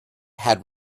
had